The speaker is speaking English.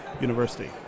University